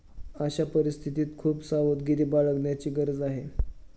अशा परिस्थितीत खूप सावधगिरी बाळगण्याची गरज आहे